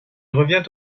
revient